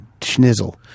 schnizzle